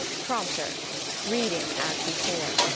prompter reading as before.